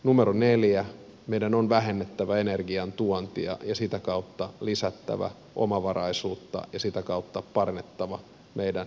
numero neljä meidän on vähennettävä energian tuontia ja sitä kautta lisättävä omavaraisuutta ja sitä kautta parannettava meidän vientituonti tasettamme